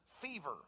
fever